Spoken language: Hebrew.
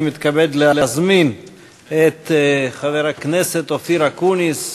אני מתכבד להזמין את חבר הכנסת אופיר אקוניס,